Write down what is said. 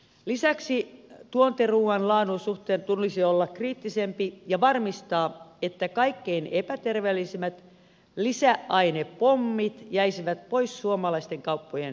lisäksi tuontiruuan laadun suhteen tulisi olla kriittisempi ja varmistaa että kaikkein epäterveellisimmät lisäainepommit jäisivät pois suomalaisten kauppojen hyllyiltä